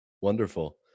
Wonderful